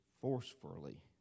forcefully